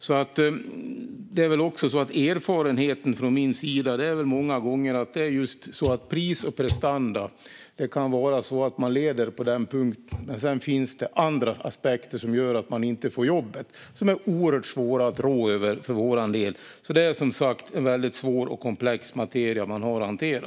Min erfarenhet är väl också att även om man leder när det gäller pris och prestanda kan det finnas andra aspekter som gör att man inte får jobbet. De är oerhört svåra att rå över för vår del. Det är som sagt en väldigt svår och komplex materia man har att hantera.